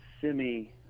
semi